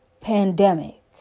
pandemic